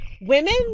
Women